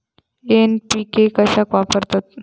NPK कशाक वापरतत?